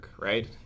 right